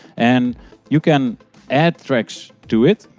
and you can add tracks to it.